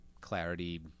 Clarity